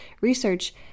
research